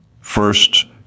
first